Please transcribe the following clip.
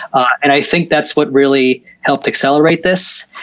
and i think that's what really helped accelerate this,